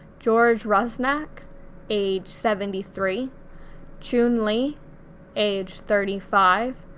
george rusnack age seventy three chun li age thirty five,